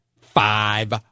Five